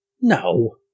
No